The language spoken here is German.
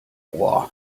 boah